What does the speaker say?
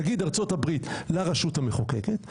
נגיד ארה"ב לרשות המחוקקת,